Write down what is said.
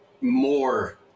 more